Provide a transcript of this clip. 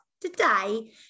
Today